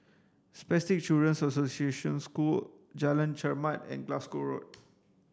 Spastic Children's Association School Jalan Chermat and Glasgow Road